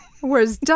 whereas